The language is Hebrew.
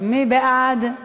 מי בעד?